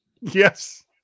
Yes